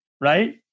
Right